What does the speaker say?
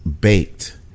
baked